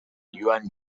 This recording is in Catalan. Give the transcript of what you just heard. joan